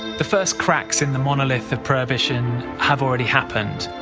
the first cracks in the monolith of prohibition have already happened.